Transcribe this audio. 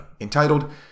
entitled